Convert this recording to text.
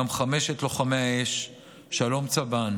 גם חמשת לוחמי האש שלום צבאן,